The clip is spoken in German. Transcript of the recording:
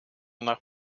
nach